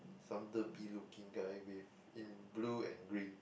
some derpy looking guy with in blue and green